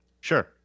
Sure